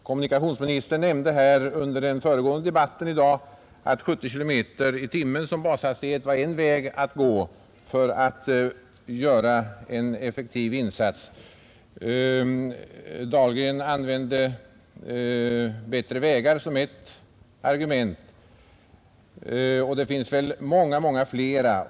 Kommunikationsministern nämnde under den föregående debatten i dag att 70 kilometer i timmen som bashastighet var en väg att gå för att göra en effektiv insats på detta område. Herr Dahlgren argumenterade bl.a. för bättre vägar som ett alternativ. Det finns många flera.